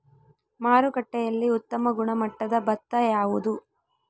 ಮಾರುಕಟ್ಟೆಯಲ್ಲಿ ಉತ್ತಮ ಗುಣಮಟ್ಟದ ಭತ್ತ ಯಾವುದು?